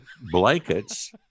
blankets